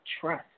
trust